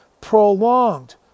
prolonged